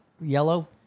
yellow